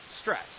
stress